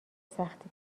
سختی